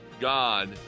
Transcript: God